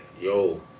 yo